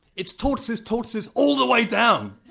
it's tortoises, tortoises, all the way down.